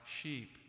sheep